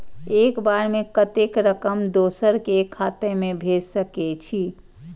एक बार में कतेक रकम दोसर के खाता में भेज सकेछी?